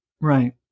Right